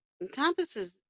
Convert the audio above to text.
encompasses